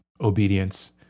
obedience